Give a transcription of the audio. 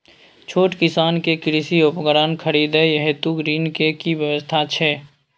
छोट किसान के कृषि उपकरण खरीदय हेतु ऋण के की व्यवस्था छै?